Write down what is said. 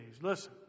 listen